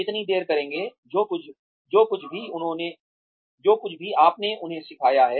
कितनी देर करेंगे जो कुछ भी आपने उन्हें सिखाया है